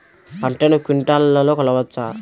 పంటను క్వింటాల్లలో కొలవచ్చా?